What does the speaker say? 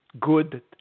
good